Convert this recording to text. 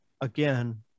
again